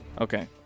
Okay